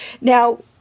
Now